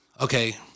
okay